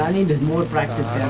needed more